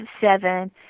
seven